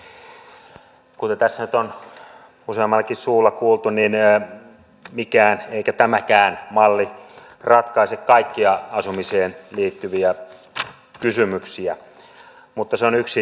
kuten tässä nyt on useammallakin suulla kuultu niin ei mikään eikä tämäkään malli ratkaise kaikkia asumiseen liittyviä kysymyksiä mutta se on yksi työkalu